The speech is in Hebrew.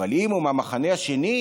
אבל אם הוא מהמחנה השני,